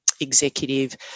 executive